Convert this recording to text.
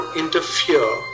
interfere